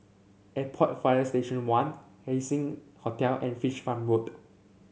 Airport Fire Station One Haising Hotel and Fish Farm Road